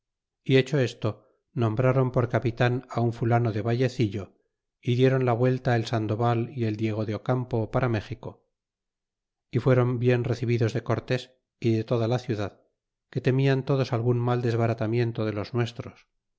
y esto hecho nombraron por capitan un fulano de vallecillo y dieron la vuelta el sandoval y el diego de ocampo para méxico y fuéron bien recebidos de cortés y de toda la ciudad que temian todos algun mal desbaratamiento de los nuestros